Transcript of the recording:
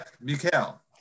Mikhail